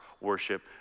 worship